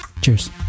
Cheers